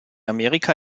amerika